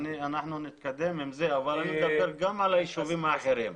אנחנו נתקדם עם זה אבל אני מדבר גם על הישובים האחרים.